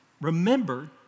Remember